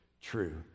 true